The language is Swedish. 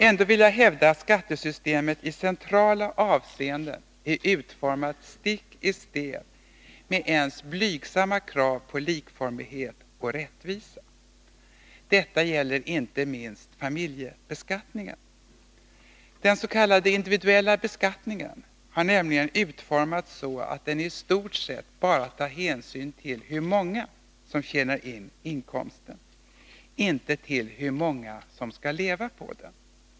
Ändå vill jag hävda att skattesystemet i centrala avseenden är utformat stick i stäv med ens blygsamma krav på likformighet och rättvisa. Detta gäller inte minst familjebeskattningen. Den s.k. individuella beskattningen har utformats så att deni stort sett bara tar hänsyn till hur många som tjänar in inkomsten, inte till hur många som skall leva på den.